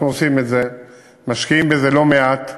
אנחנו עושים את זה ומשקיעים בזה לא מעט,